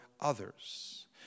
others